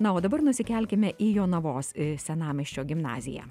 na o dabar nusikelkime į jonavos senamiesčio gimnaziją